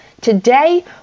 Today